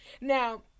Now